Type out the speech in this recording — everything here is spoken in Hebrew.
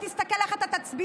היא תסתכל איך אתה תצביע.